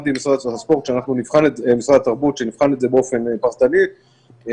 סיכמתי עם משרד התרבות שאנחנו נבחן את זה באופן פרטני ואני